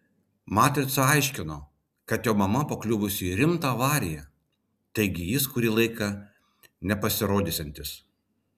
matrica aiškino kad jo mama pakliuvusi į rimtą avariją taigi jis kurį laiką nesirodysiantis